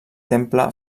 temple